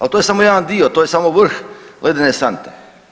Ali to je samo jedan dio, to je samo vrh ledene sante.